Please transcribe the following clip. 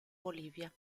bolivia